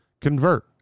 convert